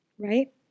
right